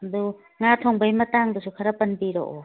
ꯑꯗꯨ ꯉꯥ ꯊꯣꯡꯕꯒꯤ ꯃꯇꯥꯡꯗꯁꯨ ꯈꯔ ꯄꯟꯕꯤꯔꯛꯑꯣ